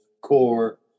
core